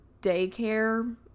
daycare